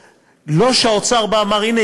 לא שהאוצר בא ואמר: הנה,